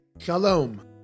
Shalom